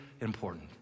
important